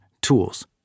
tools